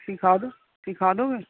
ਸਿਖਾ ਦਿਓ ਸਿਖਾ ਦੇਵੋਗੇ